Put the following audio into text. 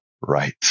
right